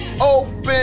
open